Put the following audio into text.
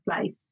place